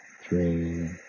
three